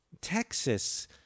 texas